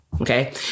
Okay